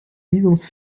visums